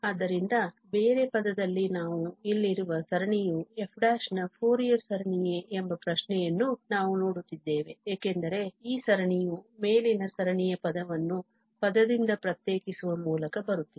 ಆದ್ದರಿಂದ ಬೇರೆ ಪದದಲ್ಲಿ ನಾವು ಇಲ್ಲಿರುವ ಸರಣಿಯು f ನ ಫೋರಿಯರ್ ಸರಣಿಯೇ ಎಂಬ ಪ್ರಶ್ನೆಯನ್ನು ನಾವು ನೋಡುತ್ತಿದ್ದೇವೆ ಏಕೆಂದರೆ ಈ ಸರಣಿಯು ಮೇಲಿನ ಸರಣಿಯ ಪದವನ್ನು ಪದದಿಂದ ಪ್ರತ್ಯೇಕಿಸುವ ಮೂಲಕ ಬರುತ್ತಿದೆ